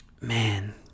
Man